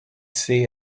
see